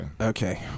Okay